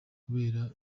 kubera